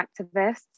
activists